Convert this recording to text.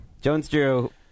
Jones-Drew